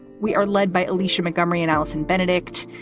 we are led by alicia montgomery and alison benedict.